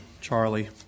Charlie